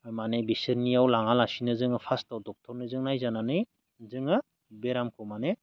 माने बिसोरनियाव लाङालासिनो जोङो फार्स्टआव ड'क्टरनिजों नायजानानै जोङो बेरामखौ माने